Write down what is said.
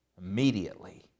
Immediately